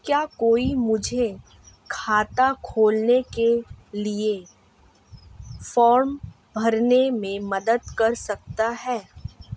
क्या कोई मुझे खाता खोलने के लिए फॉर्म भरने में मदद कर सकता है?